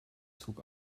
zug